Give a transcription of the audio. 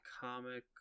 comic